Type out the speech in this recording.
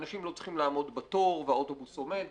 אנשים לא צריכים לעמוד בתור והאוטובוס עומד,